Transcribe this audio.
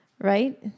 right